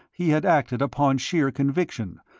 he had acted upon sheer conviction,